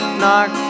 knock